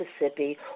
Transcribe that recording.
Mississippi